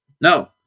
No